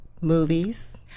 movies